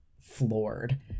floored